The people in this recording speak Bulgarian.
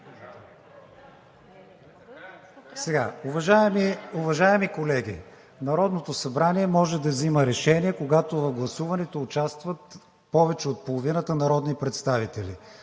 Уважаеми колеги, Народното събрание може да взима решение, когато в гласуването участват повече от половината народни представители.